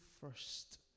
first